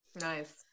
Nice